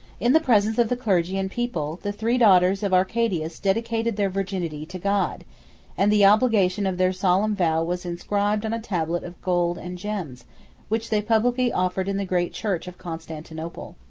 in the presence of the clergy and people, the three daughters of arcadius dedicated their virginity to god and the obligation of their solemn vow was inscribed on a tablet of gold and gems which they publicly offered in the great church of constantinople.